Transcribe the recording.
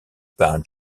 par